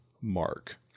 Mark